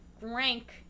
rank